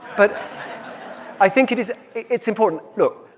but i think it is it's important. look,